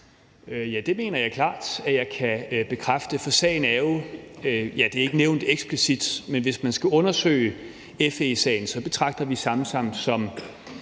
Ja, det mener jeg klart at jeg kan bekræfte, for sagen er jo, at ja, det er ikke nævnt eksplicit, men hvis man skal undersøge FE-sagen, betragter vi Samsam som